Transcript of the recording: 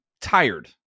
tired